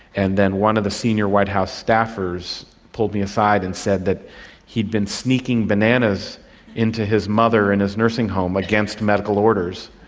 and then one of the senior white house staffers pulled me aside and said that he had been sneaking bananas into his mother in her nursing home against medical orders.